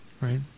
right